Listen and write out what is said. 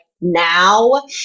now